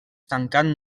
tancant